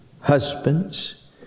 husbands